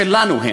שלנו הן.